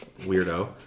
Weirdo